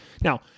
Now